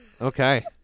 Okay